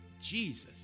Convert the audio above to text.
Jesus